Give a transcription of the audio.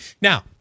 Now